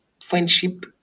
friendship